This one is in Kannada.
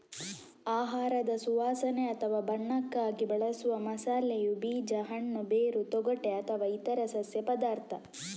ಆಹಾರದ ಸುವಾಸನೆ ಅಥವಾ ಬಣ್ಣಕ್ಕಾಗಿ ಬಳಸುವ ಮಸಾಲೆಯು ಬೀಜ, ಹಣ್ಣು, ಬೇರು, ತೊಗಟೆ ಅಥವಾ ಇತರ ಸಸ್ಯ ಪದಾರ್ಥ